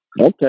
Okay